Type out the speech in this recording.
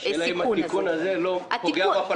השאלה אם התיקון הזה לא פוגע בפרשנות.